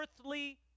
earthly